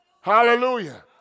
Hallelujah